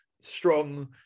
strong